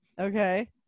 okay